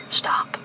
stop